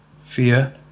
Fear